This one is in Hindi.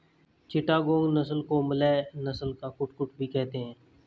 चिटागोंग नस्ल को मलय नस्ल का कुक्कुट भी कहते हैं